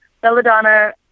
Belladonna